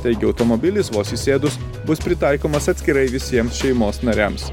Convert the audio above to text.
taigi automobilis vos įsėdus bus pritaikomas atskirai visiems šeimos nariams